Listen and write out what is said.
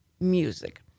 music